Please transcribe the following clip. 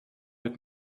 mit